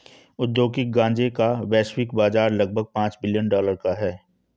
औद्योगिक गांजे का वैश्विक बाजार लगभग पांच बिलियन डॉलर का है